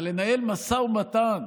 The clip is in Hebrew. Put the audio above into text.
אבל לנהל משא ומתן